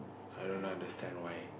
i don't understand why